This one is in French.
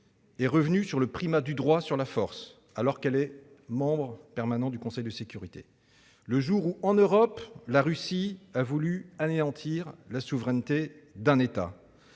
est revenue sur le primat du droit sur la force, alors même qu'elle est membre permanent du Conseil de sécurité des Nations unies. Le jour où, en Europe, la Russie a voulu anéantir la souveraineté d'un État.